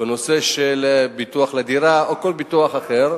בנושא של ביטוח דירה או כל ביטוח אחר,